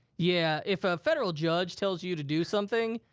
yeah, if a federal judge tells you you to do something,